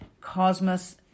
Cosmos